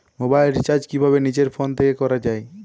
Mobile recharge কিভাবে নিজের phone থেকে করা য়ায়?